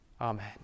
Amen